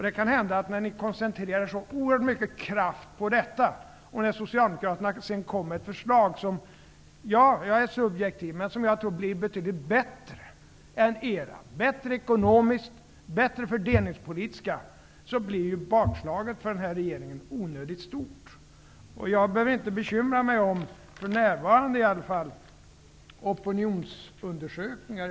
Det kan hända att när ni koncentrerar så oerhört mycket kraft på att efterlysa våra förslag och Socialdemokraterna sedan kommer med förslag som jag tror -- ja, jag är subjektiv -- blir betydligt bättre än era, bättre ekonomiskt och bättre fördelningspolitiskt, blir bakslaget för den nuvarande regeringen onödigt stort. Jag behöver inte, för närvarande i alla fall, i första hand bekymra mig om opinionsundersökningar.